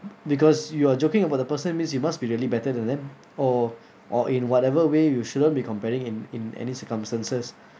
because you are joking about the person means you must be really better than them or or in whatever way you shouldn't be comparing in in any circumstances